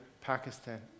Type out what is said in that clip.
Pakistan